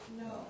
No